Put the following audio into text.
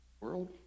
world